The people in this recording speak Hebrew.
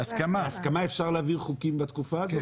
בהסכמה אפשר יהיה להעביר חוקים בתקופה הזו?